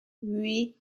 oui